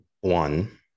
One